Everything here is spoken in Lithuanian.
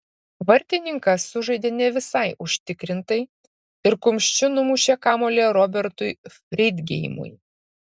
vartininkas sužaidė ne visai užtikrinai ir kumščiu numušė kamuolį robertui freidgeimui